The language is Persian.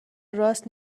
راست